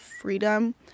freedom